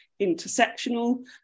intersectional